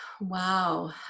Wow